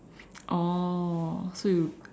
oh so you